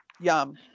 yum